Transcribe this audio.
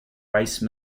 rice